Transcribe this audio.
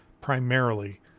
primarily